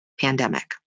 pandemic